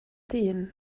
dyn